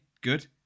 Good